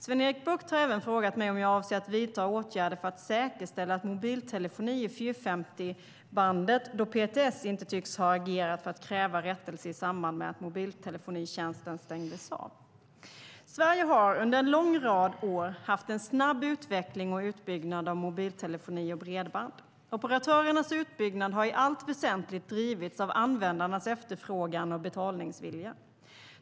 Sven-Erik Bucht har även frågat mig om jag avser att vidta åtgärder för att säkerställa mobiltelefoni i 450-megahertzbandet då PTS inte tycks ha agerat för att kräva rättelse i samband med att mobiltelefonitjänsten stängdes av. Sverige har under en lång rad år haft en snabb utveckling och utbyggnad av mobiltelefoni och bredband. Operatörernas utbyggnad har i allt väsentligt drivits av användarnas efterfrågan och betalningsvilja.